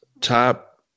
top